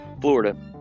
Florida